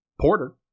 Porter